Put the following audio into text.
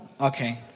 okay